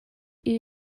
you